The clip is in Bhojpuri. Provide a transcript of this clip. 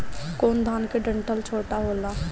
कौन धान के डंठल छोटा होला?